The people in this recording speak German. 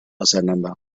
auseinander